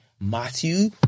Matthew